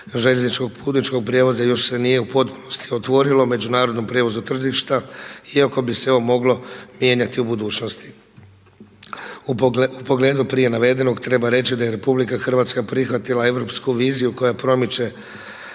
željezničkog putničkog prijevoza još se nije u potpunosti otvorilo međunarodnom prijevozu tržišta iako bi se ovo moglo mijenjati u budućnosti. U pogledu prije navedenog treba reći da je RH prihvatila europsku viziju koja promiče